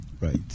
Right